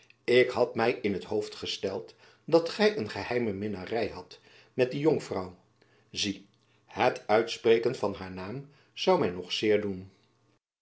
ik hadt my in t hoofd gesteld dat gy een geheime minnary hadt met die jonkvrouw zie het uitspreken van haar naam zoû my nog zeer doen